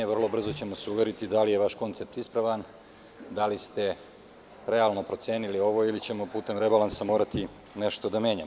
Vrlo brzo ćemo se uveriti da li je vaš koncept ispravan, da li ste realno procenili ovo ili ćemo putem rebalansa morati nešto da menjamo.